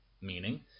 Meaning